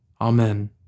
Amen